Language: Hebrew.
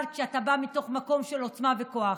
אבל, כשאתה בא מתוך מקום של עוצמה וכוח,